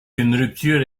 rupture